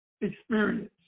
experience